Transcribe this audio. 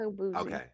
Okay